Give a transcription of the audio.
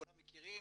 כולם מכירים,